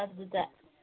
ꯑꯗꯨꯗ